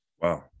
Wow